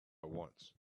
once